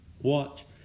Watch